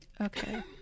Okay